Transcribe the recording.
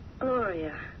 Gloria